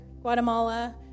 Guatemala